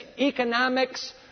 economics